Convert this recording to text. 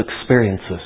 experiences